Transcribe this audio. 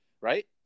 right